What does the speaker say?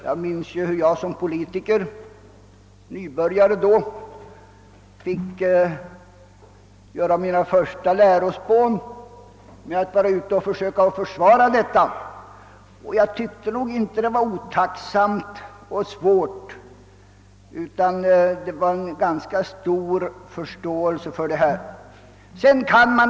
Jag minns hur jag då, som politisk nybörjare, fick göra mina första lärospån med att vara ute och försöka försvara denna politik. Jag tyckte inte att det var en otacksam och svår uppgift, utan jag fann att det förelåg en ganska stor förståelse för den politik som fördes.